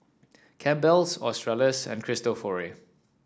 Campbell's Australis and Cristofori